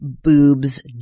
boobs